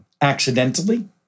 accidentally